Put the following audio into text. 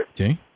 Okay